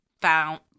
found